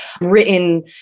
written